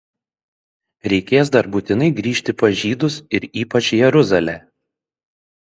reikės dar būtinai grįžti pas žydus ir ypač jeruzalę